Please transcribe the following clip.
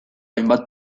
hainbat